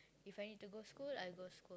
if I need to go school I go school